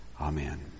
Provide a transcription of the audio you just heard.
Amen